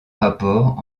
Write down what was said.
rapport